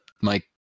Mike